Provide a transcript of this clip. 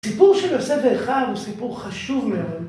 סיפור של יוסף ואחיו הוא סיפור חשוב מאוד.